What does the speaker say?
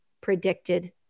predicted